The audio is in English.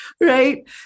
right